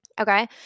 Okay